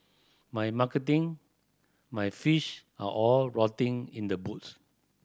my marketing my fish are all rotting in the boots